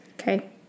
Okay